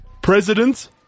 President